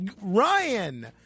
ryan